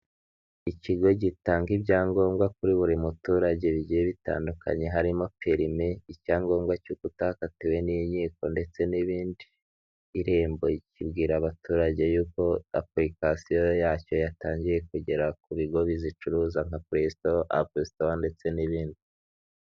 Ikigo gitanga ibyangombwa kuri buri muturage bigiye bitandukanye harimo perime, icyangombwa cy'uko utakatiwe n'inkiko ndetse n'ibindi. Irembo ikibwira abaturage y'uko apulikasiyo yacyo yatangiye kugera ku bigo bizicuruza nka puleyi sitowa ndetse n'ibindi.